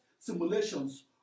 simulations